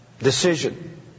Decision